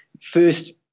first